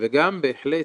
וגם בהחלט